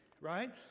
right